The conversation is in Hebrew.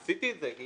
עשיתי את זה.